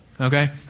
Okay